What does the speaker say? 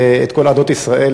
ואת כל עדות ישראל,